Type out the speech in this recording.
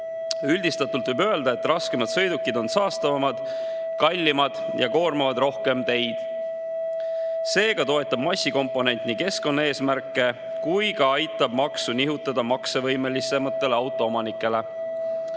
Üldistatult võib öelda, et raskemad sõidukid on saastavamad, kallimad ja koormavad rohkem teid. Seega toetab massikomponent nii keskkonnaeesmärke kui ka aitab nihutada maksu maksevõimelisematele autoomanikele. Kui